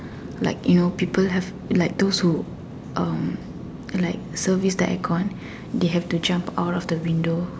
like you know people have like those who um like service the air con they have to jump out of the window